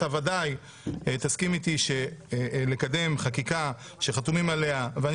אתה ודאי תסכים איתי שלקדם חקיקה שחתומים עליה ואני